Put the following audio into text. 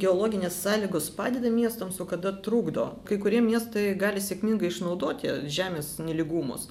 geologinės sąlygos padeda miestams o kada trukdo kai kurie miestai gali sėkmingai išnaudoti žemės nelygumus